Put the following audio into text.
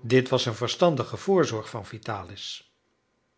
dit was een verstandige voorzorg van vitalis